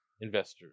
investors